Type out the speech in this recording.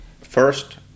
First